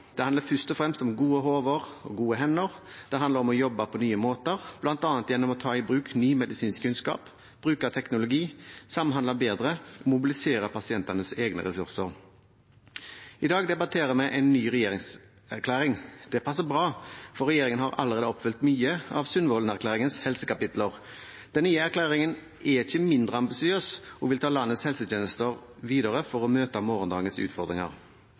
Det handler først og fremst om gode hoder og gode hender. Det handler om å jobbe på nye måter, bl.a. gjennom å ta i bruk ny medisinsk kunnskap, bruke teknologi, samhandle bedre og mobilisere pasientenes egne ressurser. I dag debatterer vi en ny regjeringserklæring. Det passer bra, for regjeringen har allerede oppfylt mye av Sundvolden-erklæringens helsekapitler. Den nye erklæringen er ikke mindre ambisiøs og vil ta landets helsetjenester videre for å møte morgendagens utfordringer.